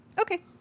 Okay